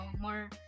more